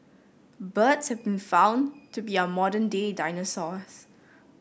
birds have been found to be our modern day dinosaurs